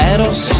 Eros